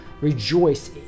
rejoice